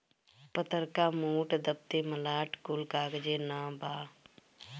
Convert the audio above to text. पतर्का, मोट, दफ्ती, मलाट कुल कागजे नअ बाअ